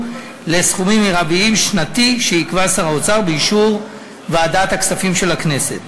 לסכומים מרביים שנתיים שיקבע שר האוצר באישור ועדת הכספים של הכנסת.